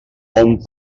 hom